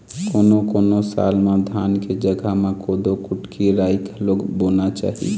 कोनों कोनों साल म धान के जघा म कोदो, कुटकी, राई घलोक बोना चाही